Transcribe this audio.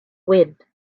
wind